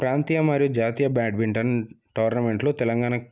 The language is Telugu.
ప్రాంతీయ మరియు జాతీయ బ్యాడ్మింటన్ టోర్నమెంట్లు తెలంగాణ